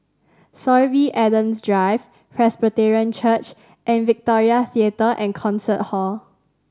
Sorby Adams Drive Presbyterian Church and Victoria Theatre and Concert Hall